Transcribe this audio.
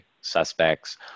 suspects